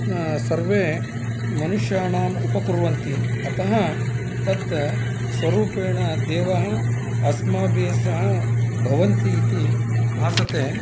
सर्वे मनुष्याणाम् उपकुर्वन्ति अतः तत् स्वरूपेण देवः अस्माभिः सह भवन्ति इति भासते